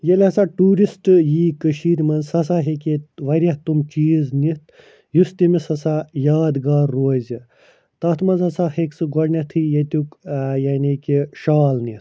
ییٚلہِ ہَسا ٹیٛوٗرِسٹہٕ یی کٔشیٖر مَنٛز سُہ ہَسا ہیٚکہِ ییٚتہِ واریاہ تِم چیٖز نِتھ یُس تٔمس ہَسا یادگار روزِ تتھ مَنٛز ہَسا ہیٚکہِ سُہ گۄڈٕنیٚتھے ییٚتیٛک ٲں یعنی کہ شال نِتھ